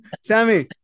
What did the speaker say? Sammy